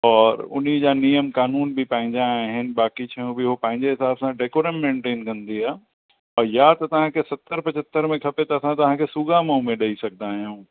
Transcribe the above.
और उनजा नियम कानून बि पंहिंजा आहिनि बाक़ी शयूं बि हो पंहिंजे हिसाब सां डेकोरम मेंटेन कंदी आहे या त तव्हांखे सतरि पंजहतरि में खपे त असां तव्हांखे छुगामऊ में ॾई सघंदा आहियूं